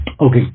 Okay